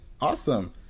awesome